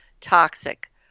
toxic